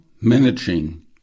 managing